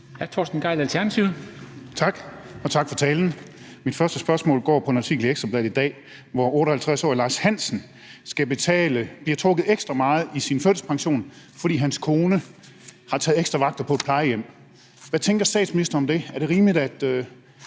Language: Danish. Torsten Gejl (ALT): Tak, og tak for talen. Mit første spørgsmål går på en artikel i Ekstra Bladet i dag, der handler om 58-årige Lars Hansen, som bliver trukket ekstra meget i sin førtidspension, fordi hans kone har taget ekstra vagter på et plejehjem. Hvad tænker statsministeren om det? Er det rimeligt, at